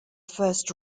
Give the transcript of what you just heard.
first